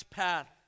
path